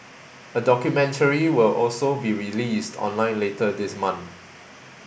a documentary will also be released online later this month